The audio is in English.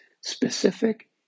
specific